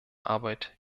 arbeit